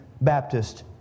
Baptist